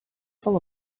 full